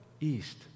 east